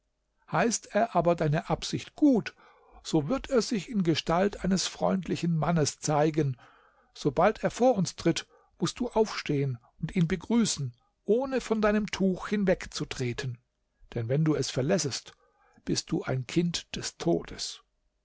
heißt er aber deine absicht gut so wird er sich in gestalt eines freundlichen mannes zeigen sobald er vor uns tritt mußt du aufstehen und ihn begrüßen ohne von deinem tuch hinwegzutreten denn wenn du es verlässest bist du ein kind des todes